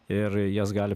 ir jas gali